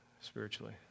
spiritually